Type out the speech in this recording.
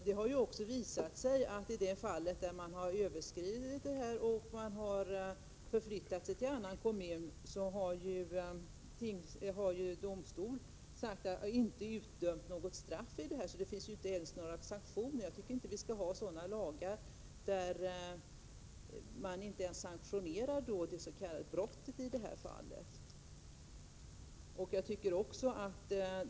Det har också visat sig att i de fall där personer har överskridit kommungränserna och förflyttat sig till annan kommun, har domstol inte utdömt något straff, inte ens några sanktioner. Det bör inte finnas sådana lagar enligt vilka det s.k. brottet inte följs av sanktioner.